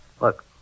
Look